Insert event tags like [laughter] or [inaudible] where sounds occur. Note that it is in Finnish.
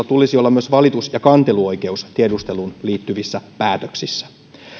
[unintelligible] tulisi olla myös valitus ja kanteluoikeus tiedusteluun liittyvissä päätöksissä